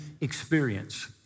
experience